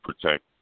protect